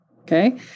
Okay